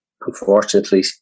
unfortunately